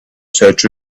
search